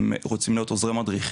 הם רוצים להיות עוזרי מדריך,